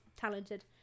talented